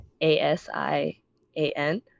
A-S-I-A-N